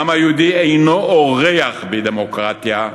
העם היהודי אינו אורח בדמוקרטיה,